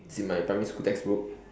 it's in my primary school textbook